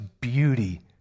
beauty